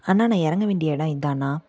அண்ணா நான் இறங்க வேண்டிய இடம் இதாண்ணா